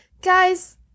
Guys